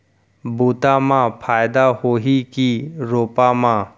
बुता म फायदा होही की रोपा म?